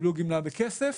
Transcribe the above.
קיבלו גמלה בכסף.